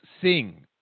sing